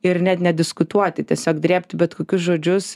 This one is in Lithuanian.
ir net nediskutuoti tiesiog drėbti bet kokius žodžius